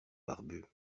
barbu